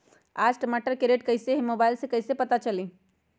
आज टमाटर के रेट कईसे हैं मोबाईल से कईसे पता चली?